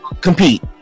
compete